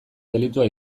delitua